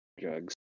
Drugs